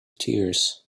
tears